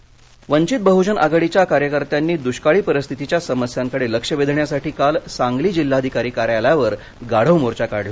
सांगली वंघित बह्जन आघाडीच्या कार्यकर्त्यांनी दृष्काळी परिस्थितीच्या समस्यांकडे लक्ष वेधण्यासाठी काल सांगली जिल्हाधिकारी कार्यालयावर गाढव मोर्चा काढला